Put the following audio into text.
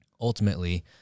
ultimately